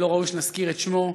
שלא ראוי שנזכיר את שמו,